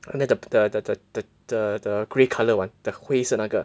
under the the the the the the the grey colour one the 灰色那个